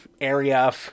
area